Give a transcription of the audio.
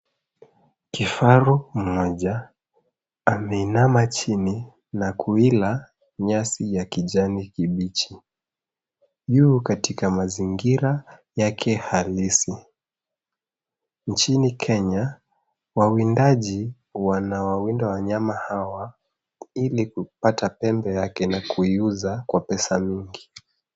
Kifaru mmoja ameinama chini na kuila nyasi ya kijani kibichi. Yu katika mazingira yake halisi. Nchini Kenya, wawindaji wanawawiinda wanyama hawa ili kupata pembe yake na kuiuza kwa pesa mingi.